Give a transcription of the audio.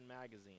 Magazine